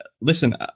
listen